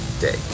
day